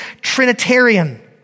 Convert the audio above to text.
Trinitarian